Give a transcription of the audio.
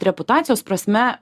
reputacijos prasme